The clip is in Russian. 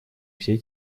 всей